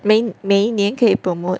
每每一年可以 promote